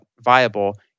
viable